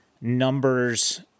numbers